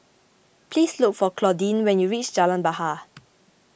please look for Claudine when you reach Jalan Bahar